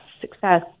success